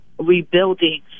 rebuilding